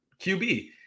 QB